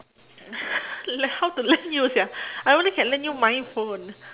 like how to lend you sia I only can lend you my phone